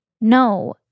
no